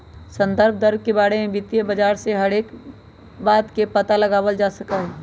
संदर्भ दर के बारे में वित्तीय बाजार से हर एक बात के पता लगावल जा सका हई